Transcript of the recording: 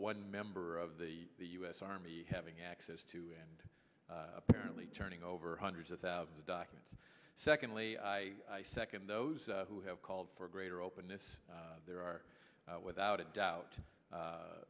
one member of the u s army having access to and apparently turning over hundreds of thousands of documents secondly i second those who have called for greater openness there are without a doubt